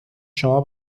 شما